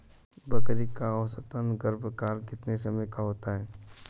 बकरी का औसतन गर्भकाल कितने समय का होता है?